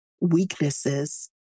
weaknesses